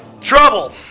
Trouble